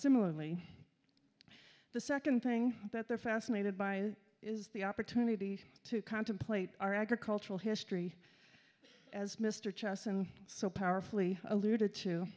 similarly the second thing that they're fascinated by is the opportunity to contemplate our agricultural history as mr chessen so powerfully alluded to